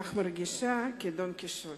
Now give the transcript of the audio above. אך מרגישה כדון קישוט.